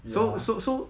so so so